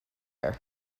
air